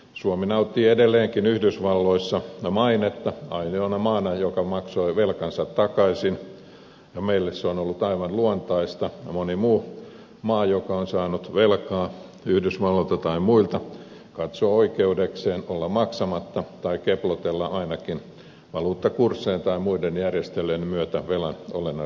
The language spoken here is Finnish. suomi nauttii edelleenkin yhdysvalloissa mainetta ainoana maana joka maksoi velkansa takaisin ja meille se on ollut aivan luontaista ja moni muu maa joka on saanut velkaa yhdysvalloilta tai muilta katsoo oikeudekseen olla maksamatta tai keplotella ainakin valuuttakurssien tai muiden järjestelyjen myötä velan olennaisesti vähemmäksi